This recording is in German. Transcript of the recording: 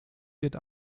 wird